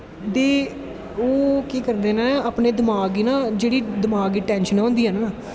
ते ओह् केह् करदे नै अपनें दमाक गी ना जेह्ड़ी दमाक गी टैंशनां होंदियां न